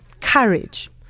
Courage